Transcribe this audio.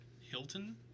Hilton